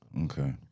Okay